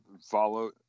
follow